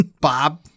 Bob